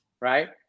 right